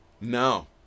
no